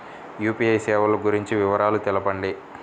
UPI సేవలు గురించి వివరాలు తెలుపండి?